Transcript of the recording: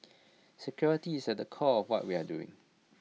security is at the core what we are doing